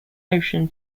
ocean